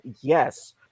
Yes